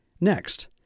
Next